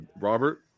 Robert